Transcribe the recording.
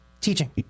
Teaching